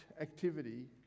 activity